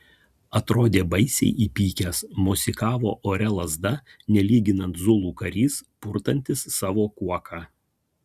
atrodė baisiai įpykęs mosikavo ore lazda nelyginant zulų karys purtantis savo kuoką